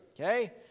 okay